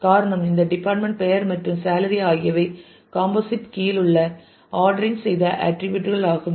காரணம் இந்த டிபார்ட்மெண்ட் பெயர் மற்றும் சேலரி ஆகியவை காம்போசைட் கீ இல் உள்ள ஆர்டரிங் செய்த ஆட்டிரிபியூட் கள் ஆகும்